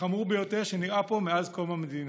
החמור ביותר שנראה פה מאז קום המדינה.